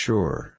Sure